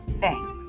Thanks